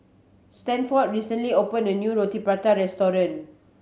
Stanford recently opened a new Roti Prata restaurant